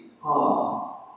hard